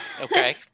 Okay